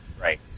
Right